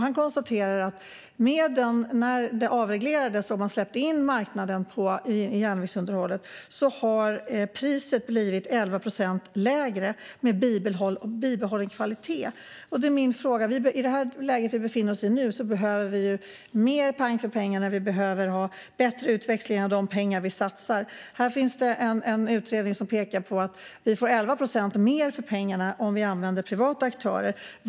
Han konstaterar att sedan man avreglerade järnvägsunderhållet och släppte in marknaden har priset blivit 11 procent lägre med bibehållen kvalitet. I det läge vi befinner oss i nu behöver vi ju mer pang för pengarna. Vi behöver ha bättre utväxling av de pengar vi satsar. Här finns en utredning som pekar på att vi får 11 procent mer för pengarna om vi använder privata aktörer.